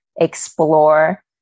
explore